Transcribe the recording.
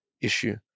issue